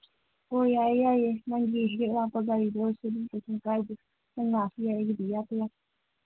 ꯍꯣꯏ ꯌꯥꯏ ꯌꯥꯏꯌꯦ ꯅꯪꯒꯤ ꯍꯦꯛ ꯍꯦꯛ ꯂꯥꯛꯄ ꯒꯥꯔꯤꯗꯣ ꯑꯣꯏꯁꯨ ꯑꯗꯨꯝ ꯀꯩꯁꯨꯝ ꯀꯥꯏꯗꯦ ꯅꯪ ꯂꯥꯛꯑꯁꯨ ꯑꯩꯒꯤꯗꯤ ꯏꯌꯥꯗ ꯌꯥꯏ